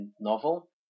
novel